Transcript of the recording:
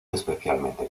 especialmente